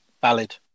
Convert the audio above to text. valid